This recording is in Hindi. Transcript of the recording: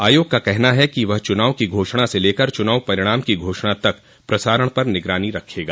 आयोग का कहना है कि वह चुनाव की घोषणा से लेकर चुनाव परिणाम की घोषणा तक प्रसारण पर निगरानी रखेगा